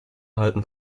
halten